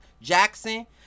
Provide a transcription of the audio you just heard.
Jackson